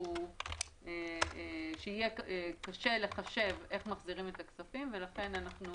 שיהיה קשה לחשב איך מחזירים את הכסף ולכן אנחנו